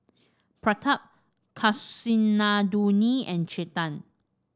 Pratap Kasinadhuni and Chetan